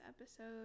episode